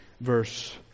verse